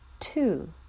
Two